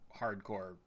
hardcore